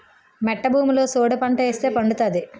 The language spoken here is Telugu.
మెట్ట భూమిలో సోడిపంట ఏస్తే పండుతాది